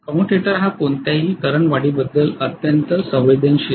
commutator हा कोणत्याही current वाढीबद्दल अत्यंत संवेदनशील आहे